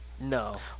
No